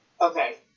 Okay